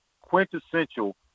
quintessential